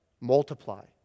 multiply